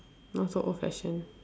not so old-fashioned